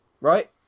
right